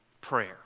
prayer